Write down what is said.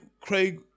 Craig